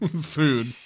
food